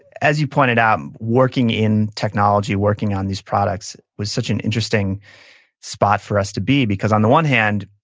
as you pointed out, working in technology, working on these products was such an interesting spot for us to be, because on the one hand,